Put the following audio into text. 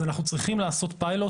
אז, אנחנו צריכים לעשות פיילוט